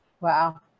Wow